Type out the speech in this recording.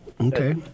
Okay